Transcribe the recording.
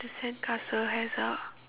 the sandcastle has a